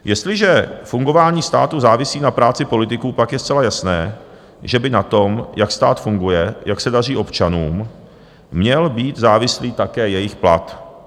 Jestliže fungování státu závisí na práci politiků, pak je zcela jasné, že by na tom, jak stát funguje, jak se daří občanům, měl být závislý také jejich plat.